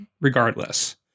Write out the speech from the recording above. regardless